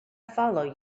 follow